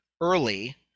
early